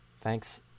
thanks